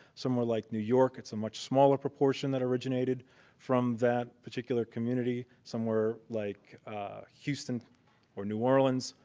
somewhere like new york, it's a much smaller proportion that originated from that particular community. somewhere like houston or new orleans,